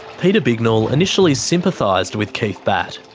peter bignell initially sympathised with keith batt.